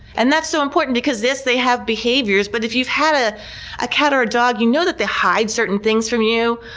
and that's so important because, yes they have behaviors, but if you've had ah a cat or a dog, you know that they hide certain things from you.